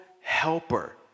helper